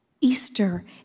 Easter